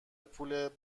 پول